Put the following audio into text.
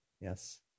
yes